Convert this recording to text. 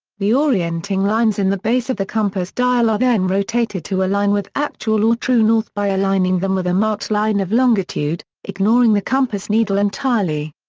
the orienting lines in the base of the compass dial are then rotated to align with actual or true north by aligning them with a marked line of longitude, ignoring the compass needle entirely.